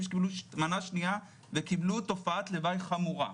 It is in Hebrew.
לגבי אנשים שקיבלו מנה שנייה וקיבלו תופעת לוואי חמורה,